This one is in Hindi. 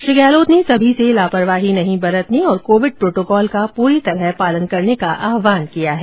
श्री गहलोत ने सभी से लापरवाही नहीं बरतने और कोविड प्रोटोकॉल का पूरी तरह पालन करने का आहवान किया है